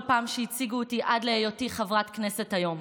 פעם שהציגו אותי עד להיותי חברת כנסת היום.